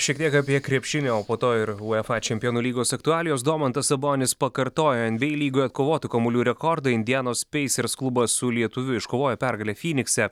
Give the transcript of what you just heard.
šiek tiek apie krepšinį o po to ir uefa čempionų lygos aktualijos domantas sabonis pakartojo nba lygoje atkovotų kamuolių rekordą indianos peisers klubas su lietuviu iškovojo pergalę fynikse